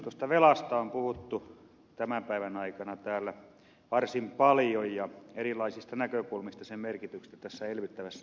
tuosta velasta on puhuttu tämän päivän aikana täällä varsin paljon ja erilaisista näkökulmista sen merkityksestä tässä elvyttävässä toiminnassa